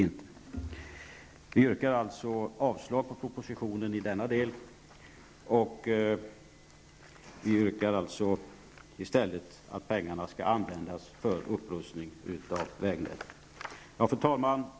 Vi yrkar alltså avslag på propositionen i denna del, och vi yrkar i stället att pengarna skall användas för upprustning av vägnätet. Fru talman!